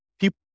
people